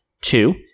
two